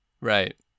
Right